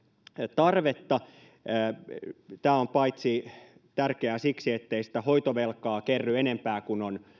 tarvetta on tärkeää paitsi siksi ettei hoitovelkaa kerry enempää kuin on